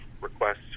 requests